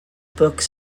books